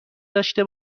داشته